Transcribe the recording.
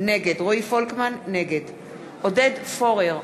נגד עודד פורר,